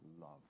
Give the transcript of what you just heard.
love